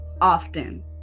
often